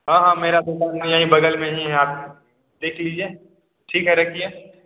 हाँ हाँ मेरा दुकान यही बगल में ही है आप देख लीजिए ठीक है रखिए